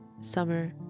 summer